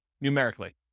numerically